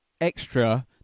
Extra